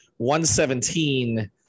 117